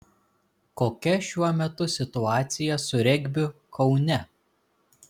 kokia šiuo metu situacija su regbiu kaune